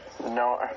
No